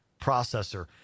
processor